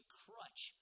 crutch